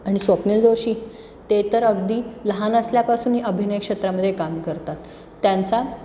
आणि स्वप्नील जोशी ते तर अगदी लहान असल्यापासूनही अभिनय क्षेत्रामध्ये काम करतात त्यांचा